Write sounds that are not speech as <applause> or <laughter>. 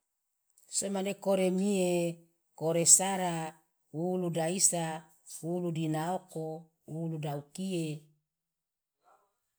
<noise> so mane koremie koresara wuwulu daisa wuwulu dina oko wuwulu daukiye. <noise>